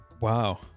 Wow